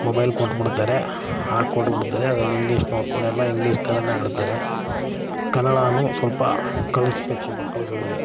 mobile ಕೊಟ್ಬಿಡ್ತಾರೆ ಹಾಕೊಟ್ಬಿಡ್ತಾರೆ ಅದ್ರಲ್ಲಿ ಇಂಗ್ಲೀಷ್ ನೋಡ್ಕೊಂಡು ಎಲ್ಲ ಇಂಗ್ಲೀಷ್ ಥರನೇ ಆಡ್ತಾರೆ ಕನ್ನಡಾನು ಸ್ವಲ್ಪ ಕಲಿಸ್ಬೇಕು ಮಕ್ಕಳುಗಳಿಗೆ